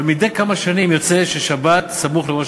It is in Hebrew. אבל מדי כמה שנים יוצא ששבת סמוכה לראש